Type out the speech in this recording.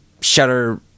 shutter